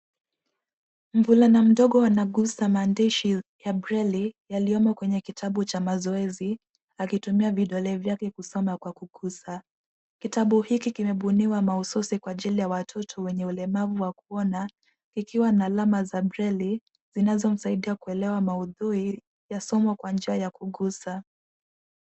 Mvulana mdogo anaguza maandishi ya braille yaliyomo kwenye kitabu cha mazoezi akitumia vidole vyake kusoma kwa kuguza. Kitabu hiki kimebuniwa mahususi kwa ajili ya watoto wenye ulemavu wa kuona ikiwa na alama za braille zinazomsaidia kuelewa maudhui ya somo kwa njia ya kuguza.